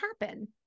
happen